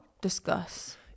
Discuss